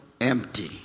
empty